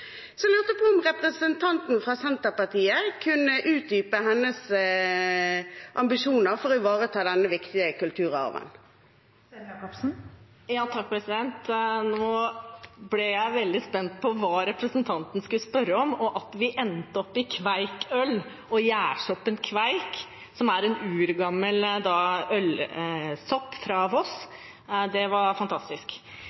jeg lurer på om representanten fra Senterpartiet kan utdype sine ambisjoner for å ta vare på denne viktige kulturarven. Nå ble jeg veldig spent på hva representanten Hjemdal skulle spørre om, og at vi endte opp i Kveik øl og gjærsoppen kveik, som er en urgammel ølsopp fra